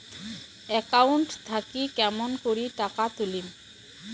Account থাকি কেমন করি টাকা তুলিম?